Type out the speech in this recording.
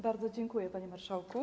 Bardzo dziękuję, panie marszałku.